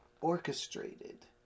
orchestrated